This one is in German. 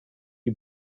die